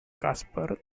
casper